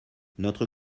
notre